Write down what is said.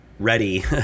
ready